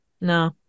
No